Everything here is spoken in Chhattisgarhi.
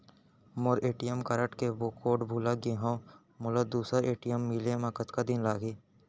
मोर ए.टी.एम कारड के कोड भुला गे हव, मोला दूसर ए.टी.एम मिले म कतका दिन लागही?